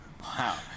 Wow